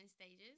stages